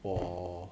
我